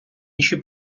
інші